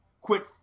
Quit